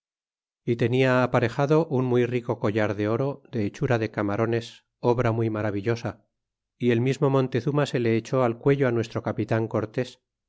y tenia aparejado un muy rico collar de oro de hechura de camarones obra muy maravillosa y el mismo montezuma se le echó al cuello nuestro capitan